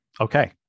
okay